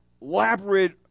elaborate